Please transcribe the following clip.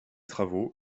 travaux